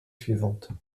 suivantes